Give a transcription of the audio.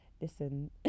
Listen